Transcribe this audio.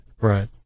Right